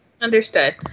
Understood